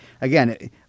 again